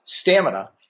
stamina